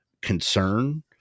concern